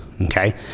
Okay